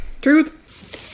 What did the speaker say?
truth